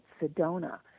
Sedona